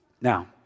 Now